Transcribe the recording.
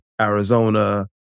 Arizona